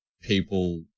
people